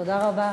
תודה רבה